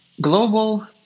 Global